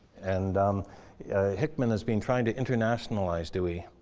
and hickman has been trying to internationalize dewey.